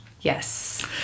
Yes